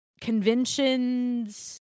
conventions